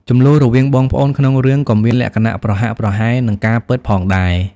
ជម្លោះរវាងបងប្អូនក្នុងរឿងក៏មានលក្ខណៈប្រហាក់ប្រហែលនឹងការពិតផងដែរ។